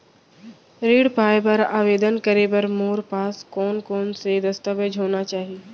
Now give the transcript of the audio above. ऋण पाय बर आवेदन करे बर मोर पास कोन कोन से दस्तावेज होना चाही?